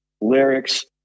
lyrics